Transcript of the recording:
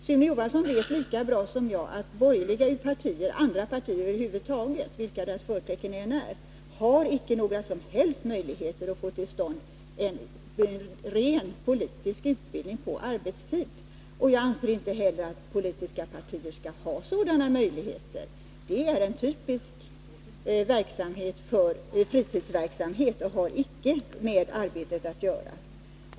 Sune Johansson vet lika bra som jag att borgerliga partier och över huvud taget andra partier än socialdemokraterna, vilket deras förtecken än är, inte har några som helst möjligheter att få till stånd en rent politisk utbildning på arbetstid. Jag anser inte heller att politiska partier skall ha sådana möjligheter. Det är en typisk fritidsverksamhet som inte har med arbetet att göra.